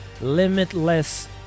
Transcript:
Limitless